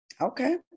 Okay